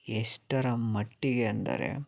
ಎಷ್ಟರ ಮಟ್ಟಿಗೆ ಅಂದರೆ